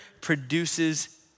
produces